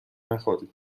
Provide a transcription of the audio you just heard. نخوری